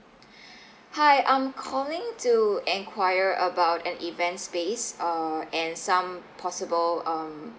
hi I'm calling to enquire about an event space or and some possible um